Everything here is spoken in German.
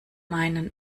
meinen